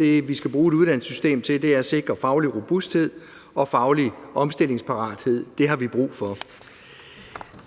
det, vi skal bruge et uddannelsessystem til, er at sikre en faglig robusthed og en faglig omstillingsparathed. Det har vi brug for.